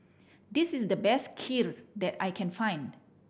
this is the best Kheer that I can find